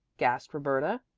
gasped roberta.